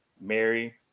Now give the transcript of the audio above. Mary